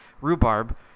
rhubarb